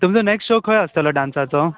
तुमचो next show खंय आसतलो डान्साचो